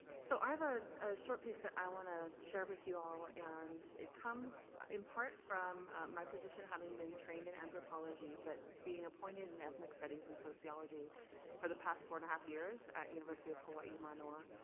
so i've a, a short piece that i wanna share with you all and it comes, in part from, my position having been trained in anthropology, but being appointed in ethnic studies and sociology for the past four and a half years at the university of hawaii manoa.